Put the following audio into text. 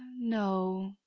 no.